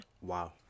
Wow